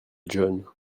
john